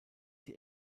die